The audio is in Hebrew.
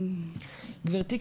גבירתי,